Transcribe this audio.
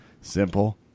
simple